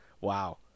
Wow